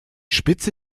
spitze